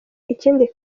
ikindi